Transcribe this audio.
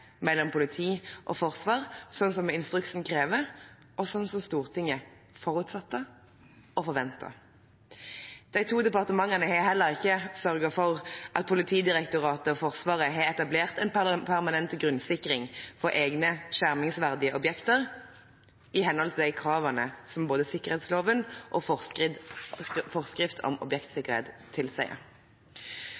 mellom politi og forsvar, sånn som instruksen krever, og sånn som Stortinget forutsatte og forventet. De to departementene har heller ikke sørget for at Politidirektoratet og Forsvaret har etablert en permanent grunnsikring for egne skjermingsverdige objekter i henhold til de kravene som både sikkerhetsloven og forskrift om